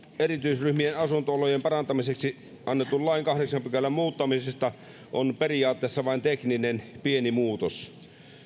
erityisryhmien asunto olojen parantamiseksi annetun lain kahdeksannen pykälän muuttamisesta on periaatteessa vain tekninen pieni muutos